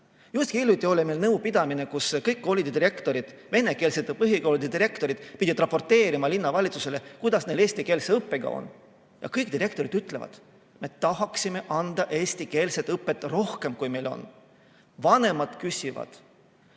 Just hiljuti oli meil nõupidamine, kus kõik koolide direktorid, venekeelsete põhikoolide direktorid pidid raporteerima linnavalitsusele, kuidas neil eestikeelse õppega on. Ja kõik direktorid ütlevad, et me tahaksime anda eestikeelset õpet rohkem, kui meil on. Vanemad küsivad,